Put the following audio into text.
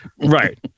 right